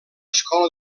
escola